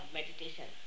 meditation